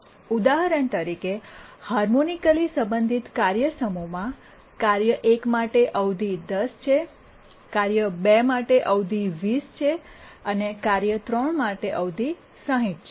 ઉદાહરણ તરીકે હાર્મોનિકલી સંબંધિત કાર્ય સમૂહમાં કાર્ય 1 માટે અવધિ 10 છે કાર્ય 2 માટે અવધિ 20 છે અને કાર્ય 3 માટે અવધિ 60 છે